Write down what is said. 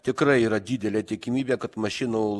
tikrai yra didelė tikimybė kad mašinų